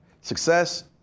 success